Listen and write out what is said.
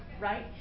right